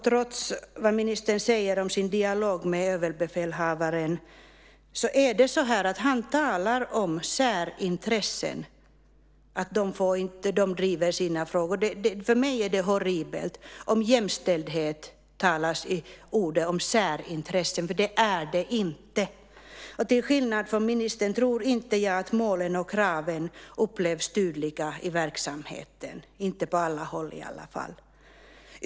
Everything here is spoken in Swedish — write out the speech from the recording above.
Trots vad ministern säger om sin dialog med överbefälhavaren är det så att han talar om särintressen, att de driver sina frågor. För mig är det horribelt att tala om jämställdhet som ett särintresse, för det är det inte. Till skillnad från ministern jag tror inte att målen och kraven upplevs som tydliga i verksamheten, inte på alla håll i alla fall.